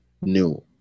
new